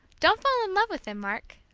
don't fall in love with him, mark.